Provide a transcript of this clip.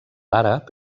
àrab